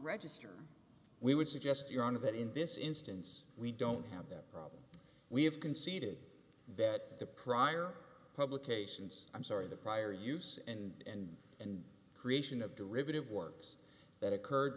register we would suggest you're out of it in this instance we don't have that problem we have conceded that the prior publications i'm sorry the prior use and and creation of derivative works that occurred